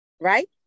Right